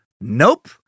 Nope